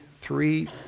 three